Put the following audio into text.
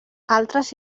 altres